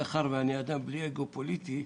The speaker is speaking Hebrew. מאחר שאני אדם בלי אגו פוליטי,